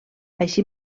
així